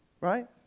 Right